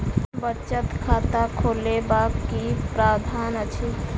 बचत खाता खोलेबाक की प्रावधान अछि?